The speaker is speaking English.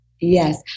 Yes